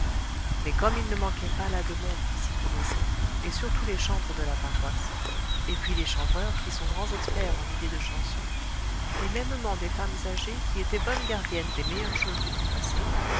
mais comme il ne manquait pas là de monde qui s'y connaissait et surtout les chantres de la paroisse et puis les chanvreurs qui sont grands experts en idées de chansons et mêmement des femmes âgées qui étaient bonnes gardiennes des meilleures choses du temps passé